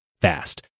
fast